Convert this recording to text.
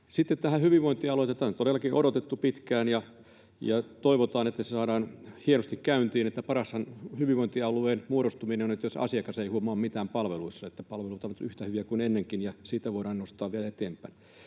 Sitten näihin hyvinvointialueisiin. Tätä on todellakin odotettu pitkään, ja toivotaan, että saadaan se hienosti käyntiin. Paras hyvinvointialueen muodostuminenhan on, jos asiakas ei huomaa mitään palveluissa vaan palvelut ovat yhtä hyviä kuin ennenkin, ja siitä voidaan nostaa vielä eteenpäin.